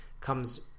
comes